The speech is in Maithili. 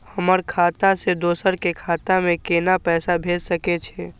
हमर खाता से दोसर के खाता में केना पैसा भेज सके छे?